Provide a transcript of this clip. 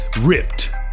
ripped